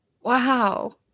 Wow